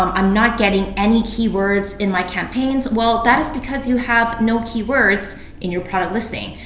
um um not getting any keywords in my campaigns. well, that is because you have no keywords in your product listing.